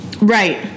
Right